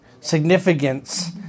significance